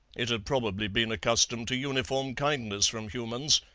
it had probably been accustomed to uniform kindness from humans,